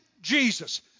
Jesus